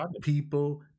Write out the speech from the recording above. people